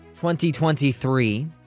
2023